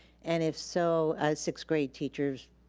and if so, sixth grade teachers,